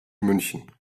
münchen